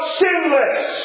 sinless